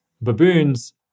baboons